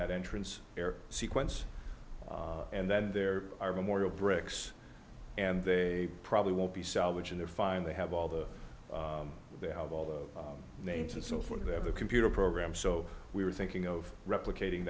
that entrance there sequence and then there are memorial bricks and they probably won't be salvaged in there find they have all the they have all the names and so forth they have a computer program so we were thinking of replicating